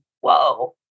whoa